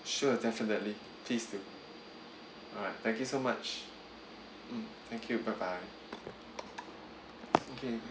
sure definitely please do alright thank you so much mm thank you bye bye okay